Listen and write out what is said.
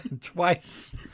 twice